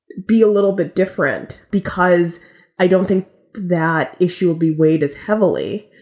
be a little bit different because i don't think that issue will be weighed as heavily.